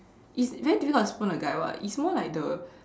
it's very difficult to spoon a guy [what] it's more like the